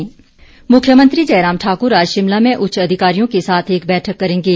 मुख्यमंत्री मुख्यमंत्री जयराम ठाक्र आज शिमला में उच्च अधिकारियों के साथ एक बैठक करेंगे